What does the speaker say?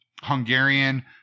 Hungarian